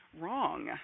wrong